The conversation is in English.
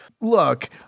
look